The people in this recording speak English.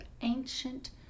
Ancient